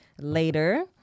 later